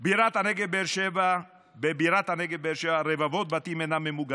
בבירת הנגב באר שבע רבבות בתים אינם ממוגנים.